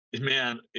Man